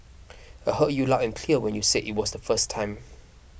I heard you loud and clear when you said it the first time